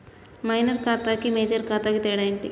Minor ఖాతా కి major ఖాతా కి తేడా ఏంటి?